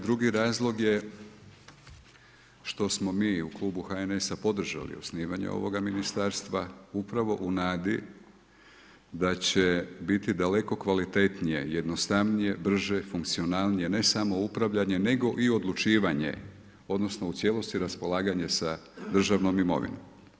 Drugi razlog je što smo mi u klubu HNS-a podržali osnivanje ovog ministarstva upravo u nadi da će biti daleko kvalitetnije, jednostavnije, brže, funkcionalnije ne samo upravljanje nego i odlučivanje odnosno u cijelosti raspolaganje sa državnom imovinom.